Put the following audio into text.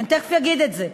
אני תכף אגיד את זה.